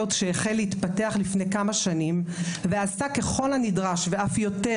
עוד כשהחל להתפתח לפני כמה שנים ועשה ככל הנדרש ואף יותר